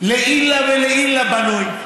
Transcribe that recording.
לעילא ולעילא בנוי.